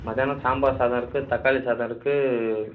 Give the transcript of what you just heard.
மத்தியானம் சாம்பார் சாதம் இருக்குது தக்காளி சாதம் இருக்குது